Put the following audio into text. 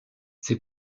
ces